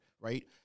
right